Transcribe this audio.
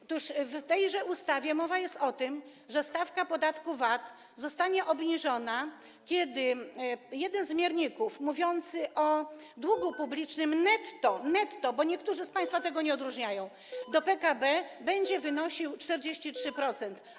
Otóż w tejże ustawie mowa jest o tym, że stawka podatku VAT zostanie obniżona, kiedy jeden z mierników mówiący o relacji długu publicznego netto - netto, a niektórzy z państwa tego nie odróżniają - do PKB będzie wynosił 43%.